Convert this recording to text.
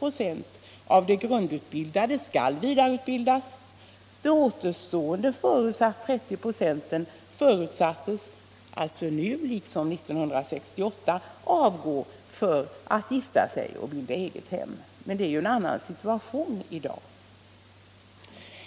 Men vi har ju i dag en annan arbetssituation för unga människor.